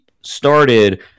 started